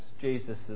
Jesus